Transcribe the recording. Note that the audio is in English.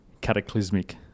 cataclysmic